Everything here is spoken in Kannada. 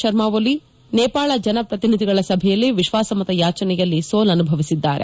ಶರ್ಮ ಓಲಿ ಅವರು ನೇಪಾಳ ಜನಪ್ರತಿನಿಧಿಗಳ ಸಭೆಯಲ್ಲಿ ವಿಶ್ವಾಸಮತ ಯಾಚನೆಯಲ್ಲಿ ಸೋಲುನುಭವಿಸಿದ್ದಾರೆ